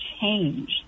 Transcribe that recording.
change